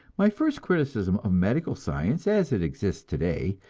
my first criticism of medical science, as it exists today,